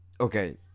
Okay